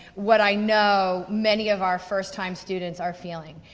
what i know many of our first-time students are feeling.